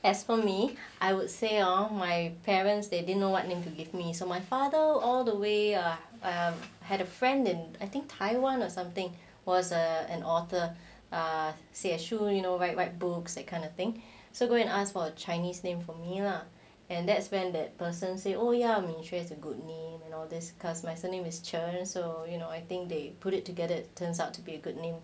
as for me I would say orh my parents they didn't know what name to give me so my father all the way had a friend and I think taiwan or something was an author say 写书 you know right write books that kind of thing so go and ask for a chinese name for me lah and that's when that person say oh ya min xue has is a good name and all this because my surname is 陈 so you know I think they put it to get it turns out to be a good name